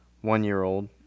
one-year-old